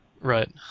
Right